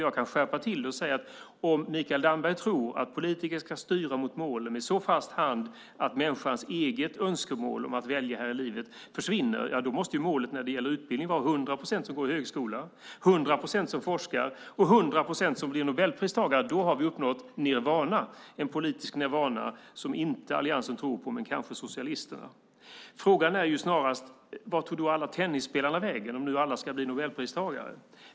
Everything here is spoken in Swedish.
Jag kan skärpa till det och säga: Om Mikael Damberg tror att politiker ska styra mot målen med så fast hand att människans egna önskemål om att välja här i livet försvinner måste väl målet när det gäller utbildning vara att 100 procent går i högskola, att 100 procent forskar och att 100 procent blir Nobelpristagare. Därmed har vi uppnått nirvana - ett politiskt nirvana som vi i alliansen inte tror på men som kanske socialisterna tror på. Frågan är snarast: Vart tar alla tennisspelare vägen om alla ska bli Nobelpristagare?